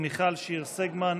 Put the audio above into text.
מיכל שיר סגמן,